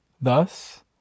Thus